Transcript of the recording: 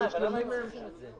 אבל למה הם צריכים את זה?